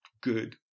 good